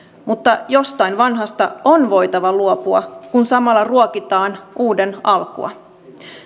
mutta jostain vanhasta on voitava luopua kun samalla ruokitaan uuden alkua